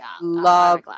love